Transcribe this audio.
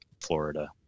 Florida